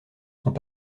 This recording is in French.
sont